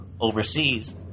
overseas